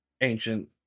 ancient